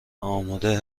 آماده